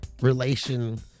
relation